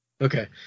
Okay